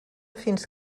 fins